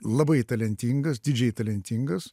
labai talentingas didžiai talentingas